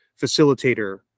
facilitator